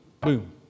boom